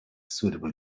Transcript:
suitable